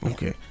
Okay